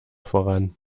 voran